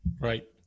Right